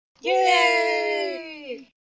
Yay